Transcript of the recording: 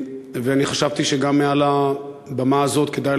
ואני חשבתי שגם מעל הבמה הזאת כדאי